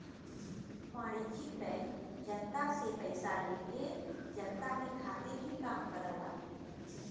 वाणिज्यिक बैंक जनता से पइसा लेके जनता के खातिर ही काम करला